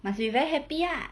must be very happy ah